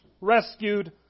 rescued